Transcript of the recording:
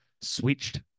switched